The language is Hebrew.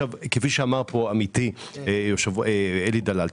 כפי שאמר פה עמיתי אלי דלל,